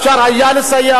אפשר היה לסייע.